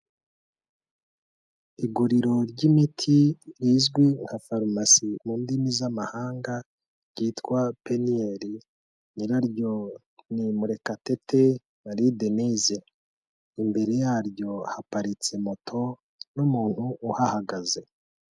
Iguriro ry'imiti rizwi nka farumasi mu ndimi z'amahanga, ryitwa PENIEL nyiraryo ni Murekatete Marie Denyse, imbere yaryo haparitse moto n'umuntu uhahagaze.